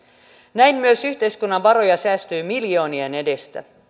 näin myös yhteiskunnan varoja säästyy miljoonien edestä